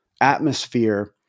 atmosphere